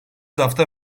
hafta